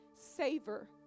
Savor